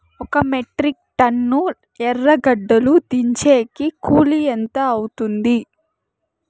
ఒక metric tonne ఎర్రగడ్డలు దించేకి కూలి ఎంత అవుతుంది?